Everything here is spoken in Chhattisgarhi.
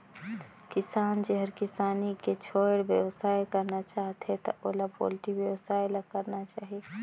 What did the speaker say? किसान जेहर किसानी के छोयड़ बेवसाय करना चाहथे त ओला पोल्टी बेवसाय ल करना चाही